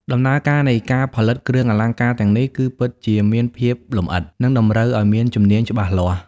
ដំណើរការនៃការផលិតគ្រឿងអលង្ការទាំងនេះគឺពិតជាមានភាពលម្អិត និងតម្រូវឱ្យមានជំនាញច្បាស់លាស់។